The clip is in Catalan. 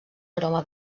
aroma